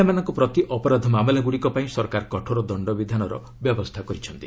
ମହିଳାମାନଙ୍କ ପ୍ରତି ଅପରାଧ ମାମଲାଗୁଡ଼ିକ ପାଇଁ ସରକାର କଠୋର ଦଶ୍ଡ ବିଧାନର ବ୍ୟବସ୍ଥା କରିଛନ୍ତି